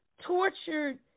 tortured